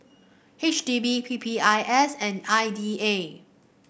H D B P P I S and I D A